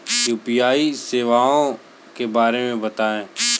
UPI सेवाओं के बारे में बताएँ?